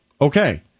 okay